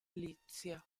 lipsia